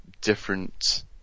different